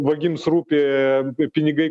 vagims rūpi pinigai